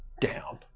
down